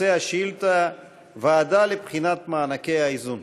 נושא השאילתה: ועדה לבחינת מענקי האיזון.